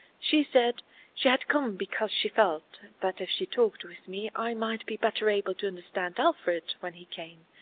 she said she had come because she felt that if she talked with me i might be better able to understand alfred when he came,